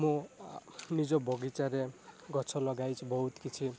ମୁଁ ନିଜ ବଗିଚାରେ ଗଛ ଲଗାଇଛି ବହୁତ କିଛି